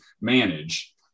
manage